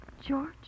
George